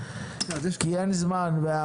כי אין זמן.